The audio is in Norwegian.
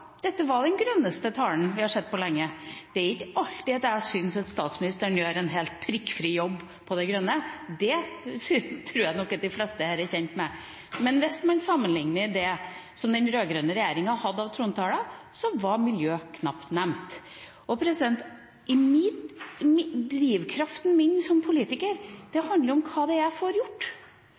dette var den grønneste talen vi har sett på lenge. Det er ikke alltid jeg syns statsministeren gjør en helt prikkfri jobb når det gjelder det grønne – det tror jeg nok de fleste her er kjent med – men man kan sammenligne med det som den rød-grønne regjeringa hadde i trontaler, for der var miljø knapt nevnt. Drivkraften min som politiker handler om hva det er jeg får gjort,